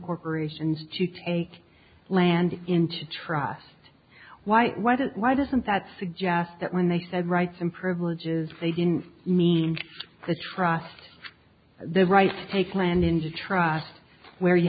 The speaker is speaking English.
corporations to take land into trust white why don't why doesn't that suggest that when they said rights and privileges they didn't mean the trust the right to take land into trust where you